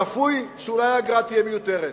צפוי שאולי האגרה תהיה מיותרת.